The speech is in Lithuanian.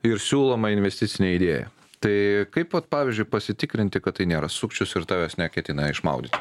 ir siūloma investicinė idėja tai kaip ot pavyzdžiui pasitikrinti kad tai nėra sukčius ir tavęs neketina išmaudyti